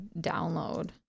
download